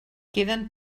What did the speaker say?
queden